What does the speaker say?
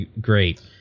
great